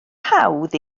hawdd